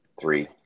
three